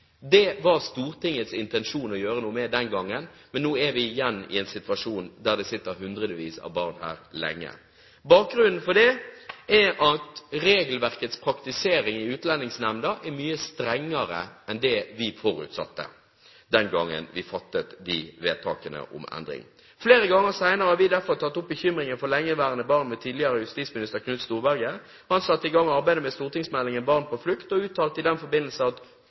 Det var Stortingets intensjon å gjøre noe med det den gangen, men nå er vi igjen i en situasjon der det sitter hundrevis av barn her lenge. Bakgrunnen for det er at regelverkets praktisering i Utlendingsnemnda er mye strengere enn det vi forutsatte den gangen vi fattet vedtakene om endring. Flere ganger senere har vi derfor tatt opp bekymringen for lengeværende barn med tidligere justisminister Knut Storberget. Han satte i gang arbeidet med stortingsmeldingen om barn på flukt og uttalte i den forbindelse at